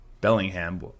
Bellingham